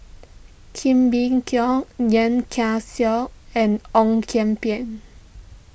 Kee Bee Khim Yeo Kian and Ong Kian Peng